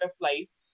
butterflies